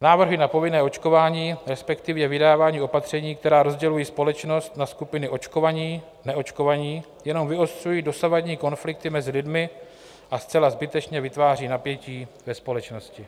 Návrhy na povinné očkování, respektive vydávání opatření, která rozdělují společnost na skupiny očkovaníneočkovaní jenom vyostřují dosavadní konflikty mezi lidmi a zcela zbytečně vytváří napětí ve společnosti.